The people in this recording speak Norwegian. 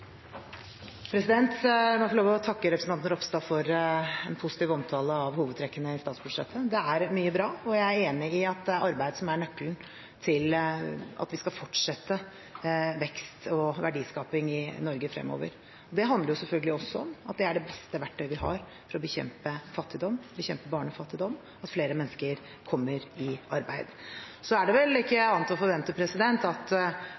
få lov å takke representanten Ropstad for en positiv omtale av hovedtrekkene i statsbudsjettet. Det er mye bra, og jeg er enig i at det er arbeid som er nøkkelen til at vi skal fortsette vekst og verdiskaping i Norge fremover. Det handler selvfølgelig også om at det er det beste verktøyet vi har for å bekjempe fattigdom, bekjempe barnefattigdom, om flere mennesker kommer i arbeid. Så er det vel ikke annet å forvente enn at